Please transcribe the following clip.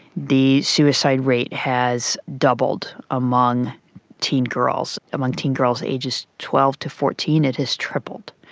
the suicide rate has doubled among teen girls, among teen girls ages twelve to fourteen it has tripled.